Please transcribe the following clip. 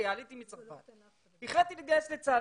עליתי מצרפת, החלטתי להתגייס לצה"ל.